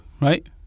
right